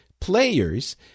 players